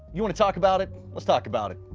you want to talk about it? let's talk about it.